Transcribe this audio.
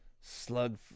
Slug